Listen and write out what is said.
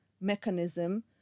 mechanism